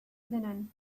linen